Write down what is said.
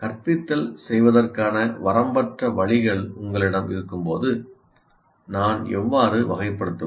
கற்பித்தல் செய்வதற்கான வரம்பற்ற வழிகள் உங்களிடம் இருக்கும்போது நான் எவ்வாறு வகைப்படுத்துவது